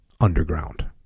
underground